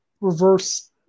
reverse